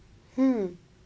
hmm